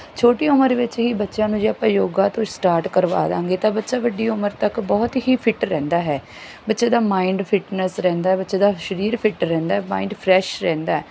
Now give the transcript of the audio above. ਛੋਟੀ ਉਮਰ ਵਿੱਚ ਹੀ ਬੱਚਿਆਂ ਨੂੰ ਜੇ ਆਪਾਂ ਯੋਗਾ ਤੋਂ ਸਟਾਰਟ ਕਰਵਾ ਦੇਵਾਂਗੇ ਤਾਂ ਬੱਚਾ ਵੱਡੀ ਉਮਰ ਤੱਕ ਬਹੁਤ ਹੀ ਫਿਟ ਰਹਿੰਦਾ ਹੈ ਬੱਚੇ ਦਾ ਮਾਇੰਡ ਫਿਟਨੈਸ ਰਹਿੰਦਾ ਬੱਚੇ ਦਾ ਸਰੀਰ ਫਿੱਟ ਰਹਿੰਦਾ ਮਾਇੰਡ ਫਰੈਸ਼ ਰਹਿੰਦਾ